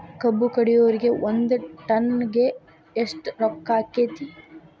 ಕಬ್ಬು ಕಡಿಯುವರಿಗೆ ಒಂದ್ ಟನ್ ಗೆ ಎಷ್ಟ್ ರೊಕ್ಕ ಆಕ್ಕೆತಿ?